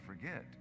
forget